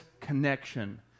connection